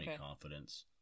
confidence